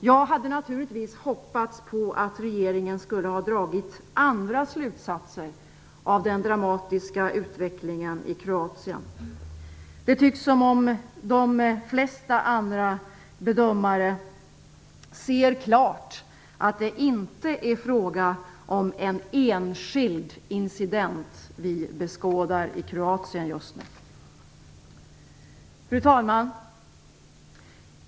Jag hade naturligtvis hoppats att regeringen skulle ha dragit andra slutsatser av den dramatiska utvecklingen i Kroatien. Det tycks som om de flesta andra bedömare klart ser att det inte är en enskild incident som vi beskådar i Kroatien just nu. Fru talman!